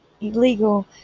illegal